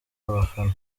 abafana